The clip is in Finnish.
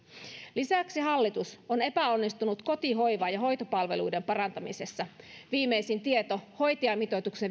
lisäksi hallitus on epäonnistunut koti hoiva ja kotihoitopalveluiden parantamisessa viimeisin tieto hoitajamitoituksen